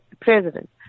president